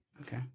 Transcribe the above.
okay